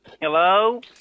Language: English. Hello